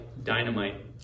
Dynamite